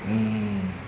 mm